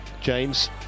James